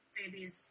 babies